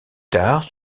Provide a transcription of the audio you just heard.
tard